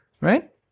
Right